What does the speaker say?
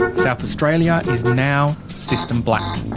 south australia is now system black.